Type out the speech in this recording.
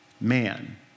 man